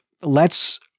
lets